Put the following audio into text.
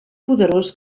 poderós